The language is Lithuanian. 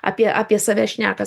apie apie save šnekas